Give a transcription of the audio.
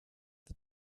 the